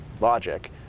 logic